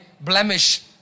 blemish